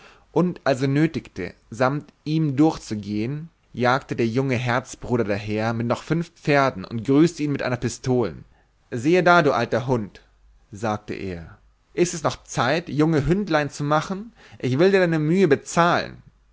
und also nötigte samt ihm durchzugehen jagte der junge herzbruder daher mit noch fünf pferden und grüßte ihn mit einer pistoln sehe da du alter hund sagte er ist es noch zeit junge hündlein zu machen ich will dir deine mühe bezahlen